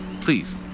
Please